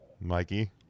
Mikey